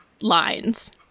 lines